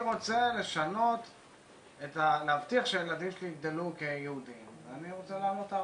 אני רוצה להבטיח שהילדים שלי יגדלו כיהודים ואני רוצה לעלות ארצה.